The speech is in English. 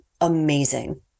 amazing